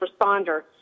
responder